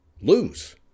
lose